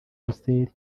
russell